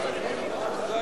בממשלה לא נתקבלה.